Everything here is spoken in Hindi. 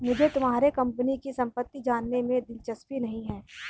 मुझे तुम्हारे कंपनी की सम्पत्ति जानने में दिलचस्पी नहीं है